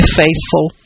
faithful